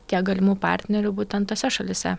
tiek galimų partnerių būtent tose šalyse